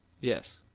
Yes